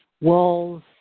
walls